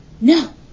No